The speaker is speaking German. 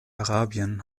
arabien